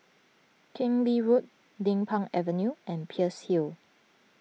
Keng Lee Road Din Pang Avenue and Peirce Hill